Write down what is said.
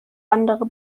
andere